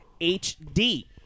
HD